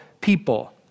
people